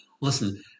Listen